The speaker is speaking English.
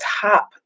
top